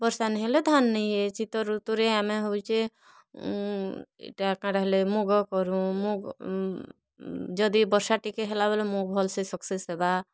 ବର୍ଷା ନାଇଁ ହେଲେ ଧାନ୍ ନାଇଁ ହୁଏ ଶୀତ ଋତୁରେ ଆମେ ହେଉଛେ ଇ'ଟା କାଏଁ ଟା ହେଲେ ମୁଗ କରୁଁ ମୁଗ୍ ଯଦି ବର୍ଷା ଟିକେ ହେଲା ବେଲେ ମୁଗ୍ ଭଲ୍ ସେ ସକ୍ସେସ୍ ହେବା